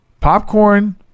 Popcorn